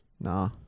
Nah